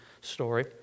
story